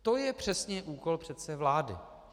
To je přesně úkol přece vlády.